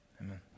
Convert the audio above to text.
Amen